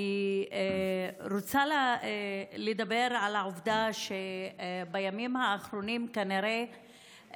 אני רוצה לדבר על העובדה שבימים האחרונים כנראה,